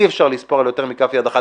צריך לספור את זה על יותר מכף יד אחת.